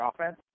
offense